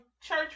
church